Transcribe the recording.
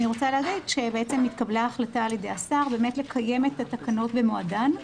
אני רוצה להגיד שהתקבלה החלטה על ידי השר לקיים את התקנות במועדן,